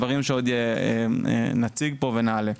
דברים שעוד נציג פה ונעלה.